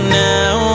now